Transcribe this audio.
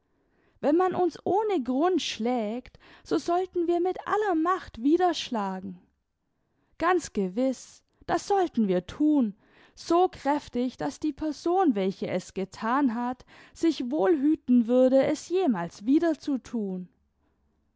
wenn man uns ohne grund schlägt so sollten wir mit aller macht wieder schlagen ganz gewiß das sollten wir thun so kräftig daß die person welche es gethan hat sich wohl hüten würde es jemals wieder zu thun